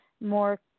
more